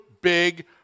big